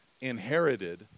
inherited